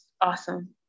Awesome